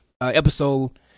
episode